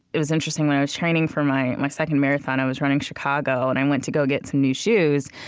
it was interesting, when i was training for my my second marathon i was running chicago and i went to go get some new shoes.